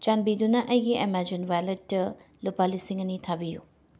ꯆꯥꯟꯕꯤꯗꯨꯅ ꯑꯩꯒꯤ ꯑꯦꯃꯥꯖꯣꯟ ꯋꯥꯂꯦꯠꯇ ꯂꯨꯄꯥ ꯂꯤꯁꯤꯡ ꯑꯅꯤ ꯊꯥꯕꯤꯌꯨ